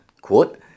quote